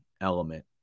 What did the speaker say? element